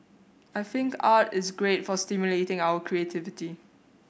I think art is great for stimulating our creativity